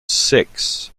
six